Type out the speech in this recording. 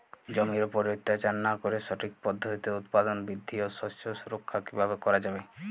জমির উপর অত্যাচার না করে সঠিক পদ্ধতিতে উৎপাদন বৃদ্ধি ও শস্য সুরক্ষা কীভাবে করা যাবে?